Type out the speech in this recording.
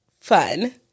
fun